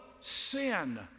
sin